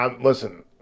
listen